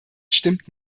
stimmt